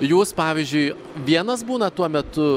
jūs pavyzdžiui vienas būnat tuo metu